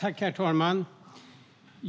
Herr talman!